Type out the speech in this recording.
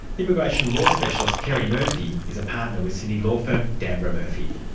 immigration law specialist kerry murphy is a partner with sydney law firm d'ambra murphy.